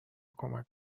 کمک